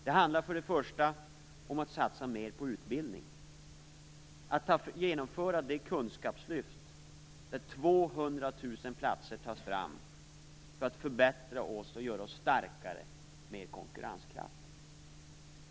Det handlar för det första om att satsa mer på utbildning och att genomföra det kunskapslyft där 200 000 platser tas fram för att förbättra och göra Sverige starkare och mer konkurrenskraftigt.